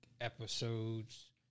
episodes